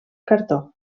cartó